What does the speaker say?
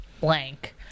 blank